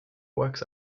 works